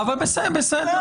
אז לא